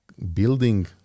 building